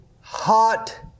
hot